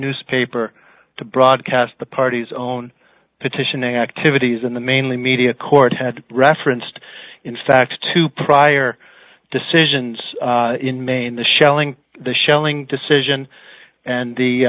newspaper to broadcast the party's own petition activities in the mainly media court had referenced in fact two prior decisions in maine the shelling the shelling decision and the